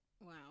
wow